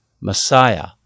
Messiah